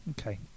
Okay